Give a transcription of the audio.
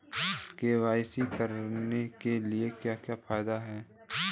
KYC करने के क्या क्या फायदे हैं?